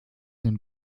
dem